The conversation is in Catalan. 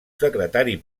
secretari